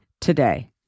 today